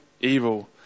evil